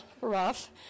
rough